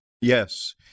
Yes